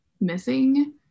missing